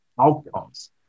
outcomes